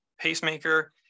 pacemaker